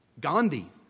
Gandhi